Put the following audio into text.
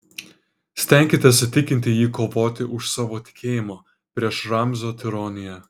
stenkitės įtikinti jį kovoti už savo tikėjimą prieš ramzio tironiją